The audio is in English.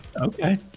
Okay